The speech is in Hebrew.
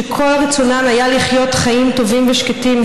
שכל רצונן היה לחיות חיים טובים ושקטים,